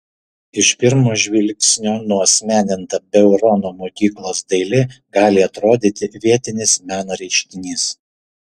iš pirmo žvilgsnio nuasmeninta beurono mokyklos dailė gali atrodyti vietinis meno reiškinys